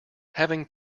having